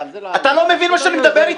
אתה לא מבין מה שאני מדבר איתך?